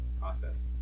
process